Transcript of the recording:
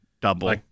double